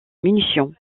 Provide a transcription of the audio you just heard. munitions